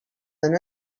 d’un